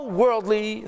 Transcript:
worldly